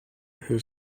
his